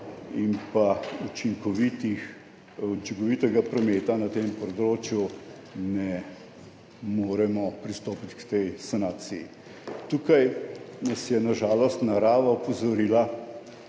in učinkovitega prometa na tem področju, ne moremo pristopiti k tej sanaciji. Tukaj nas je na žalost narava opozorila